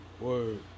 Word